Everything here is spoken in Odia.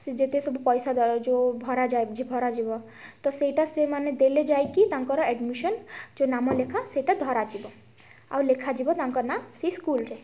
ସେ ଯେତେ ସବୁ ପଇସା ଦ ଯେଉଁ ଭରା ଭରାଯିବ ତ ସେଇଟା ସେମାନେ ଦେଲେ ଯାଇକି ତାଙ୍କର ଆଡ଼୍ମିସନ୍ ଯେଉଁ ନାମ ଲେଖା ସେଇଟା ଧରାଯିବ ଆଉ ଲେଖାଯିବ ତାଙ୍କ ନାଁ ସେଇ ସ୍କୁଲ୍ରେ